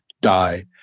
die